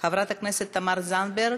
חברת הכנסת תמר זנדברג,